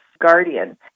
guardian